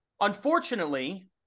Unfortunately